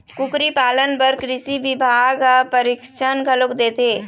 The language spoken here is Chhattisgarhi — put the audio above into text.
कुकरी पालन बर कृषि बिभाग ह परसिक्छन घलोक देथे